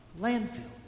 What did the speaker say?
landfill